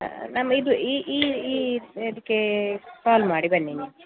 ನಮ್ಮ ಇದು ಇದಕ್ಕೆ ಕಾಲ್ ಮಾಡಿ ಬನ್ನಿ ನೀವು